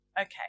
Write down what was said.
Okay